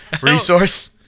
resource